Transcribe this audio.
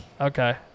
Okay